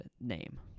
name